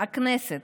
הכנסת,